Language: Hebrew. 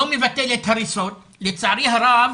לא מבטלת הריסות, לצערי הרב